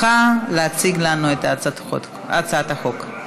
אנחנו עוברים להצעת חוק שמירת הסביבה החופית